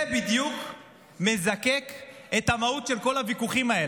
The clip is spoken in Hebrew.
זה בדיוק מזקק את המהות של כל הוויכוחים האלה.